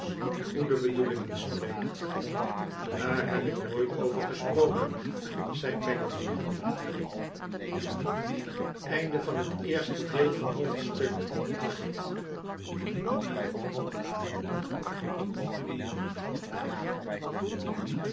goede bedoelingen spreekt daar heb ik nooit over gesproken zei peggotty